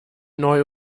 neu